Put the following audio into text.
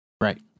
Right